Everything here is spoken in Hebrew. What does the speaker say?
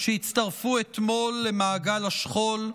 שהצטרפו אתמול למעגל השכול.